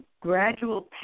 gradual